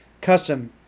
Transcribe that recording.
custom